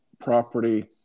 property